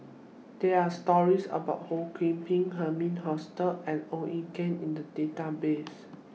There Are stories about Ho Kwon Ping Herman Hochstadt and Ong Ye Kung in The Database